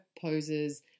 poses